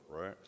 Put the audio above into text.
right